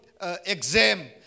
exam